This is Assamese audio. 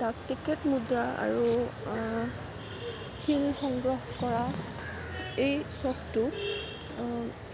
ডাক টিকট মুদ্ৰা আৰু শিল সংগ্ৰহ কৰা এই চখটো